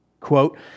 Quote